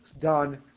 done